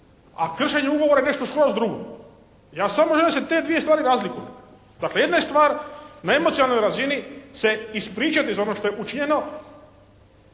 a kršenje ugovora je nešto skroz drugo. Ja samo te dvije stvari razlikujem. Dakle, jedna je stvar na emocionalnoj razini se ispričati za ono što je učinjeno